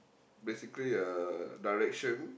basically a direction